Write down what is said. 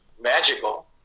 magical